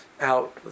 out